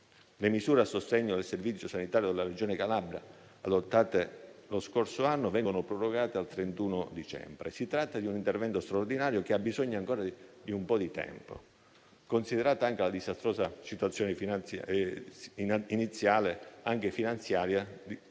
Le misure a sostegno del Servizio sanitario della Regione Calabria adottate lo scorso anno vengono prorogate al 31 dicembre. Si tratta di un intervento straordinario, che ha bisogno ancora di un po' di tempo, considerata la disastrosa situazione iniziale, anche finanziaria,